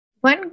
one